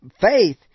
faith